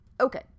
okay